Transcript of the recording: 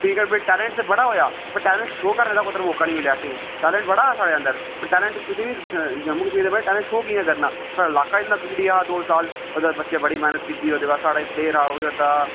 cricket बिच talent ते बड़ा होआ बट टेलेंट शो करने दा कुदै मौका नेईं मिेआ असेंगी टेलेंट बड़ा हा साढ़े अंदर पर टेलेंट कुसै गी जम्मू कशमीर च टेलेंट शो कि'यां करना साढ़ा इलाका गै इन्ना पिछड़ी गेदा हा दो साल एहदे बाद बच्चे बड़ी मेहनत कीती साढ़ा इक प्लेयर हा ओह् केह् करदा हा